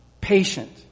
patient